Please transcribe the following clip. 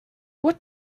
what